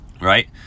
right